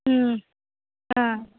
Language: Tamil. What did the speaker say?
ம் ஆ